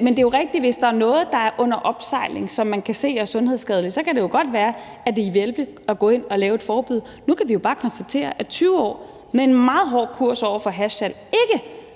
Men det er jo rigtigt, at hvis der er noget under opsejling, som man kan se er sundhedsskadeligt, så kan det jo godt være, at det vil hjælpe at gå ind og lave et forbud. Nu kan vi jo bare konstatere, at 20 år med en meget hård kurs over for hashsalg ikke har